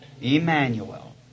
Emmanuel